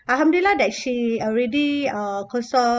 alhamdulillah that she already uh